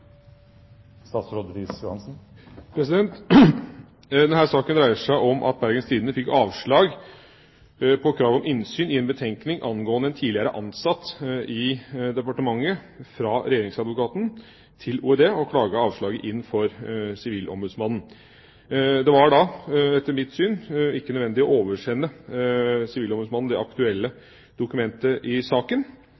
saken dreier seg om at Bergens Tidende fikk avslag på krav om innsyn i en betenkning angående en tidligere ansatt i departementet fra Regjeringsadvokaten til OED, og klaget avslaget inn for Sivilombudsmannen. Det var da etter mitt syn ikke nødvendig å oversende Sivilombudsmannen det aktuelle